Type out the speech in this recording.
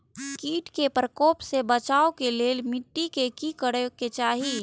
किट के प्रकोप से बचाव के लेल मिटी के कि करे के चाही?